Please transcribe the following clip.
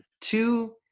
two